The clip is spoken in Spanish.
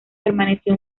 permaneció